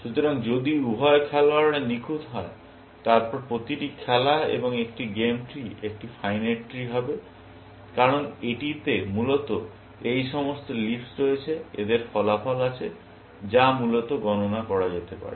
সুতরাং যদি উভয় খেলোয়াড়রা নিখুঁত হয় তারপর প্রতিটি খেলা এবং একটি গেম ট্রি একটি ফাইনাইট ট্রি হবে কারণ এটিতে মূলত এই সমস্ত লিফস রয়েছে এদের ফলাফল আছে যা মূলত গণনা করা যেতে পারে